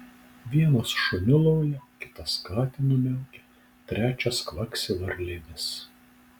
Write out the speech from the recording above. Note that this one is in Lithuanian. vienas šuniu loja kitas katinu miaukia trečias kvaksi varlėmis